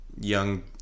young